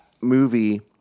movie